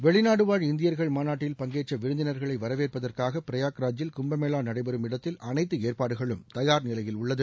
வெளிநாடுவாழ் இந்தியர் மாநாட்டில் பங்கேற்ற விருந்தினர்களை வரவேற்பதற்காக பிரயாக்ராஜில் கும்பமேளா நடைபெறும் இடத்தில் அனைத்து ஏற்பாடுகளும் தயார் நிலையில் உள்ளது